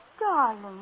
Darling